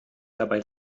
dabei